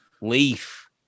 leaf